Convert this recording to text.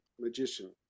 magician